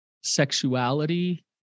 sexuality